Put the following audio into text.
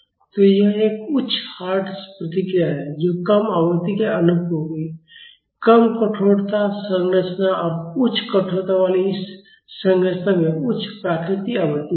तो यह एक उच्च हर्ट्ज प्रतिक्रिया है जो कम आवृत्ति के अनुरूप होगी कम कठोरता संरचना और उच्च कठोरता वाली इस संरचना में उच्च प्राकृतिक आवृत्ति होगी